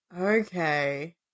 Okay